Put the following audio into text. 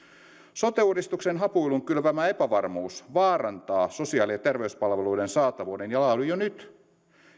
sote uudistuksen hapuilun kylvämä epävarmuus vaarantaa sosiaali ja terveyspalveluiden saatavuuden ja laadun